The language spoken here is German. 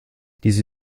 diese